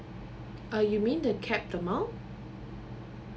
uh you mean the cap amount